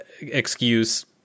excuse